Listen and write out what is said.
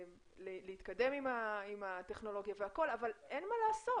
להתקדם עם הטכנולוגיה אבל אין מה לעשות,